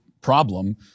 problem